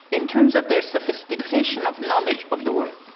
in terms of their sophistication of knowledge of the world,